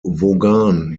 vaughan